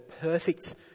perfect